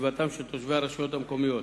וסביבתם של תושבי הרשויות המקומיות.